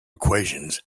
equations